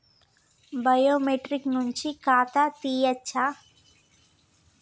Biometric నుంచి ఖాతా తీయచ్చా?